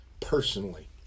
personally